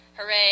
Hooray